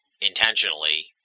intentionally